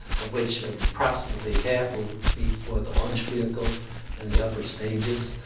of which approximately half will be for the launch vehicle and the upper stages,